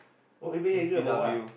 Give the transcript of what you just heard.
oh Megan angry about what